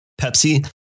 Pepsi